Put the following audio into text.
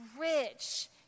rich